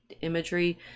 imagery